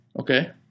Okay